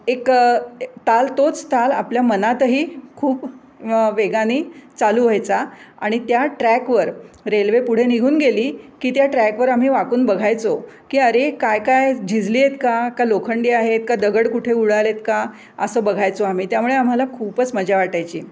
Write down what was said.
एकं ताल तोच ताल आपल्या मनातही खूप वेगाने चालू व्हायचा आणि त्या ट्रॅकवर रेल्वे पुढे निघून गेली की त्या ट्रॅकवर आम्ही वाकून बघायचो की अरे काय काय झिजली आहेत का का लोखंडी आहेत का दगड कुठे उडालेत का असं बघायचो आम्ही त्यामुळे आम्हाला खूपच मजा वाटायची